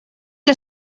que